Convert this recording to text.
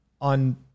on